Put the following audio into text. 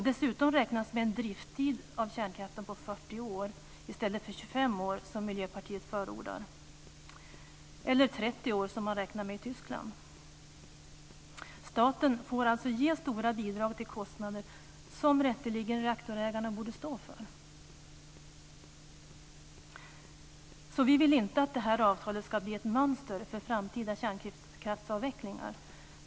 Dessutom räknas med en driftid på 40 år för kärnkraften i stället för 25 år som Miljöpartiet förordar eller 30 år som man räknar med i Tyskland. Staten får ge stora bidrag till kostnader, som rätteligen reaktorägarna borde stå för. Vi vill inte att avtalet ska bli ett mönster för framtida kärnkraftsavvecklingar.